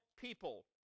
people